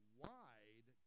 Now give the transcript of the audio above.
wide